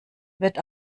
wird